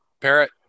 Parrot